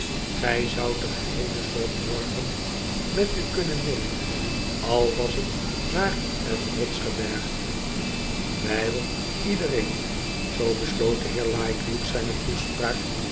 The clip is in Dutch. gij zoudt de geheele som morgen met u kunnen nemen al was het naar het rotsgebergte wijl iedereen zoo besloot de heer lightwood zijne toespraak